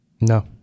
No